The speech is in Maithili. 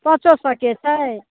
पाँचो सए के छै